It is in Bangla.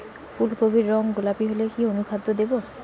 ফুল কপির রং গোলাপী হলে কি অনুখাদ্য দেবো?